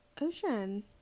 ocean